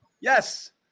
Yes